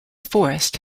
forests